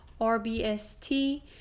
RBST